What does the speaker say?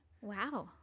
Wow